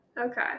okay